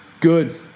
good